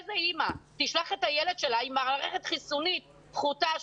איזה אימא תשלח את הילד שלה שאין לו מערכת חיסונית טובה,